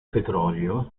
petrolio